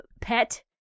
pet